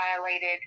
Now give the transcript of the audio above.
violated